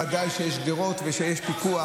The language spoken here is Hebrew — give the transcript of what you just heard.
ודאי שיש גדרות ויש פיקוח,